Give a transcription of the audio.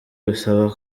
bisaba